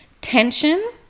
tension